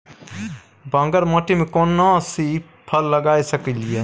बांगर माटी में केना सी फल लगा सकलिए?